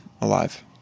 alive